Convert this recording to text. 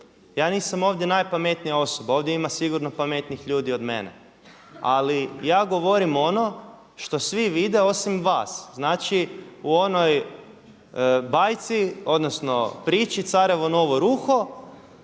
Ja nisam ovdje najpametnija osoba, ovdje ima sigurno pametnijih ljudi od mene ali ja govorim ono što svi vide osim vas. Znači, u onoj bajci odnosno priči carevo novo ruho